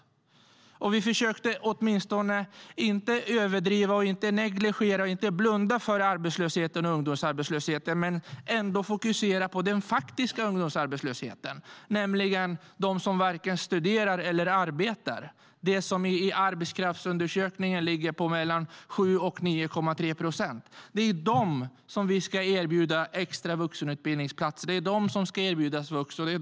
Vi försökte åtminstone att inte överdriva, negligera och blunda för arbetslösheten och ungdomsarbetslösheten utan fokusera på den faktiska ungdomsarbetslösheten, på dem som varken studerar eller arbetar; de som i arbetskraftsundersökningen ligger på 7-9,3 procent. Det är dem som vi ska erbjuda extra vuxenutbildningsplatser och yrkesvux.